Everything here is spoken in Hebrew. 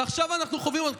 ועכשיו אנחנו חווים עוד.